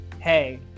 hey